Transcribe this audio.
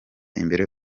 imbere